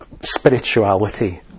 spirituality